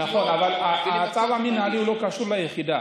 נכון, אבל הצו המינהלי לא קשור ליחידה.